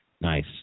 Nice